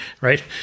right